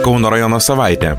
kauno rajono savaitė